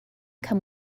come